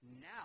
now